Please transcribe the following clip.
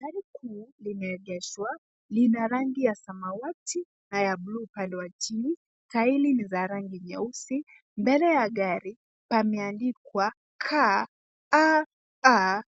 Gari kuu limeegeshwa. Lina rangi ya samawati na ya bluu upande wa chini. Tairi ni za rangi nyeusi. Mbele ya gari pameandikwa, KAA